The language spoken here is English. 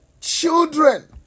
Children